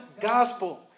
gospel